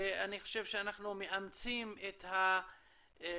אני חושב שאנחנו מאמצים את המתווה